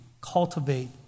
cultivate